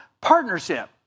partnership